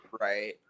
right